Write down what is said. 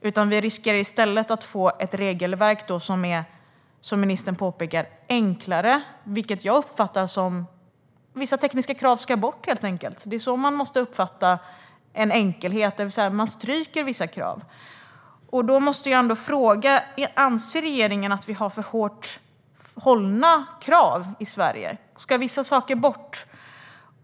I stället riskerar vi att få ett regelverk som är, som ministern sa, enklare, vilket jag uppfattar som att vissa tekniska krav helt enkelt ska bort. Det är så jag måste uppfatta enkelheten, det vill säga att man stryker vissa krav. Då måste jag fråga: Anser regeringen att vi har för högt ställda krav i Sverige? Ska vissa krav bort?